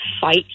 fight